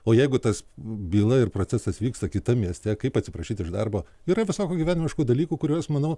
o jeigu tas byla ir procesas vyksta kitam mieste kaip atsiprašyt iš darbo yra visokių gyvenimiškų dalykų kuriuos manau